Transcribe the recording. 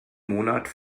monat